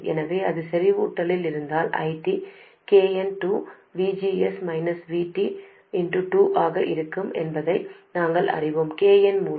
எனவே அது செறிவூட்டலில் இருந்தால் ஐடிkn22 ஆக இருக்கும் என்பதையும் நாங்கள் அறிவோம்